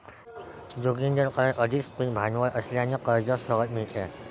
जोगिंदरकडे अधिक स्थिर भांडवल असल्याने कर्ज सहज मिळते